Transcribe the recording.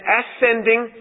ascending